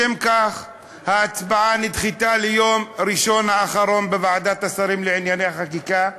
משום כך ההצבעה נדחתה ליום ראשון האחרון בוועדת השרים לענייני חקיקה,